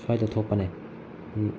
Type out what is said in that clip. ꯁ꯭ꯋꯥꯏꯗ ꯊꯣꯛꯄꯅꯦ